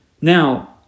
Now